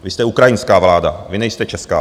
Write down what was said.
Vy jste ukrajinská vláda, vy nejste česká vláda.